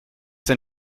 hier